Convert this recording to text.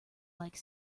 like